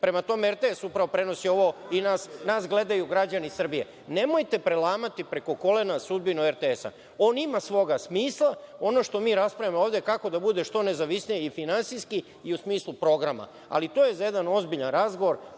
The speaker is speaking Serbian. Prema tome, RTS upravo prenosi ovo i nas gledaju građani Srbije. Nemojte prelamati preko kolena sudbinu RTS-a. On ima svog smisla. Ono što mi raspravljamo ovde je kako da bude što nezavisniji i finansijski i u smislu programa. To je za jedan ozbiljan razgovor,